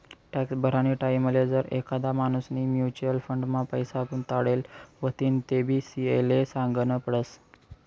tax भरानी टाईमले जर एखादा माणूसनी म्युच्युअल फंड मा पैसा गुताडेल व्हतीन तेबी सी.ए ले सागनं पडस